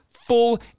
full